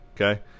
Okay